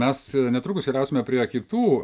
mes netrukus keliausime prie kitų